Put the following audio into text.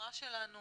החברה שלנו